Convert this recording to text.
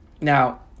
Now